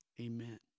Amen